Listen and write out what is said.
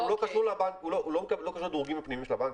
אבל הוא לא קשור לדירוגים הפנימיים של הבנקים.